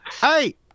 hey